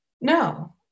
no